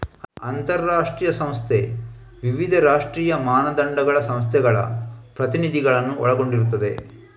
ಅಂತಾರಾಷ್ಟ್ರೀಯ ಸಂಸ್ಥೆ ವಿವಿಧ ರಾಷ್ಟ್ರೀಯ ಮಾನದಂಡಗಳ ಸಂಸ್ಥೆಗಳ ಪ್ರತಿನಿಧಿಗಳನ್ನ ಒಳಗೊಂಡಿರ್ತದೆ